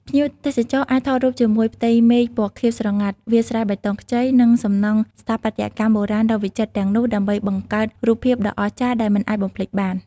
ភ្ញៀវទេសចរអាចថតរូបជាមួយផ្ទៃមេឃពណ៌ខៀវស្រងាត់ វាលស្រែបៃតងខ្ចី និងសំណង់ស្ថាបត្យកម្មបុរាណដ៏វិចិត្រទាំងនោះដើម្បីបង្កើតរូបភាពដ៏អស្ចារ្យដែលមិនអាចបំភ្លេចបាន។